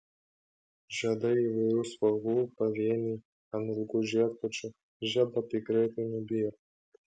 žiedai įvairių spalvų pavieniai ant ilgų žiedkočių žiedlapiai greitai nubyra